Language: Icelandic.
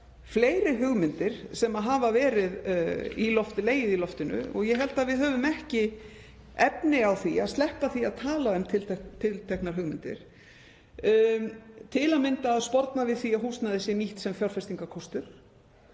fleiri hugmyndir sem hafa legið í loftinu og ég held að við höfum ekki efni á að sleppa því að tala um tilteknar hugmyndir, til að mynda að sporna við því að húsnæði sé nýtt sem fjárfestingarkostur,